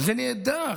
זה נהדר.